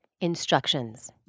instructions